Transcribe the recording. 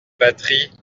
batterie